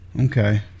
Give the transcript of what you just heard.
Okay